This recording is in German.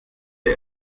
der